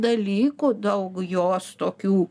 dalykų daug jos tokių